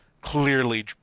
clearly